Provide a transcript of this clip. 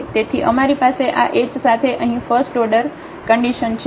તેથી અમારી પાસે આ h સાથે અહીં ફસ્ટorderર્ડર કન્ડિશન છે